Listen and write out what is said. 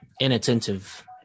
inattentive